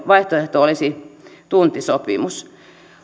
vaihtoehto olisi tuntisopimus